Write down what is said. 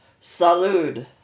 Salud